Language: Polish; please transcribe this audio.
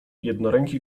jednoręki